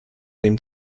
dem